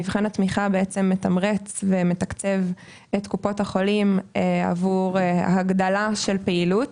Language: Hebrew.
מבחן התמיכה מתמרץ ומתקצב את קופות החולים עבור הגדלת פעילות